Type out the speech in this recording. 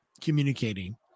communicating